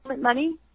money